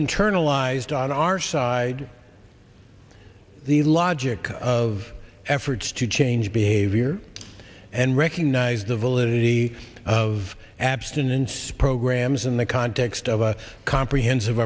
internalized on our side the logic of efforts to change behavior and recognize the validity of abstinence programs in the context of a comprehensive